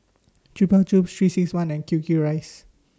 Chupa Chups three six one and Q Q Rice